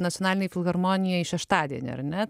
nacionalinėj filharmonijoj šeštadienį ar ne